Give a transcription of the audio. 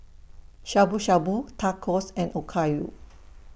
Shabu Shabu Tacos and Okayu